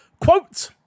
Quote